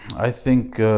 i think